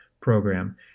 program